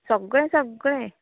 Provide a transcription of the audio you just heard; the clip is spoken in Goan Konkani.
सगळें सगळें